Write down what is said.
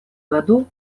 году